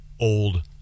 old